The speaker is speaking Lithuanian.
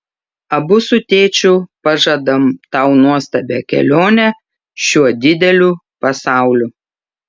abu su tėčiu pažadam tau nuostabią kelionę šiuo dideliu pasauliu